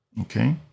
Okay